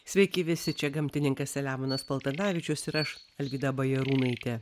sveiki visi čia gamtininkas selemonas paltanavičius ir aš alvyda bajarūnaitė